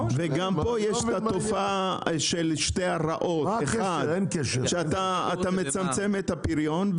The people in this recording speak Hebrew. גם פה יש תופעה של שתי הרעות: אתה מצמצם את הפריון,